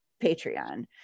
Patreon